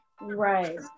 right